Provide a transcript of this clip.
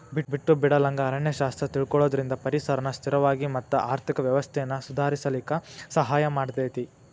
ಬಿಟ್ಟು ಬಿಡಲಂಗ ಅರಣ್ಯ ಶಾಸ್ತ್ರ ತಿಳಕೊಳುದ್ರಿಂದ ಪರಿಸರನ ಸ್ಥಿರವಾಗಿ ಮತ್ತ ಆರ್ಥಿಕ ವ್ಯವಸ್ಥೆನ ಸುಧಾರಿಸಲಿಕ ಸಹಾಯ ಮಾಡತೇತಿ